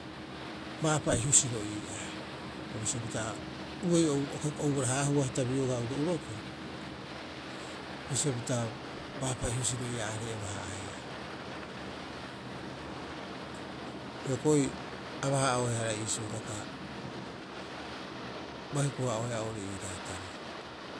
Baapa'i husiro ii'aa, o bisio pita uei o ubarahaahu hita biogaa uro'urotoo, bisio pita baapa'i husiro ii'aa iaarei aba- haa'aeaa. Hioko'i aba- haa'oehara iisio hitaka bai hu- haa'oeaa oo'ore iiraataroo.